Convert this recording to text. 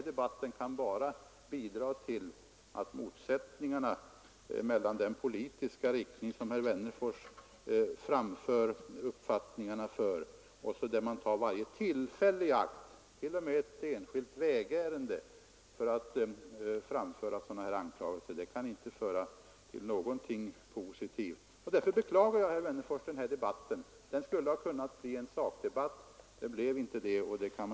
Den kan bara bidra till att öka motsättningarna mellan den politiska riktning som herr Wennerfors företräder — och som tar varje tillfälle i akt, t.o.m. ett enskilt vägärende, för att framföra sådana här anklagelser — och andra. Den kan inte föra till någonting positivt, och därför beklagar jag den här debatten, herr Wennerfors. Den skulle ha kunnat bli en sakdebatt, men det blev den inte.